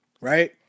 right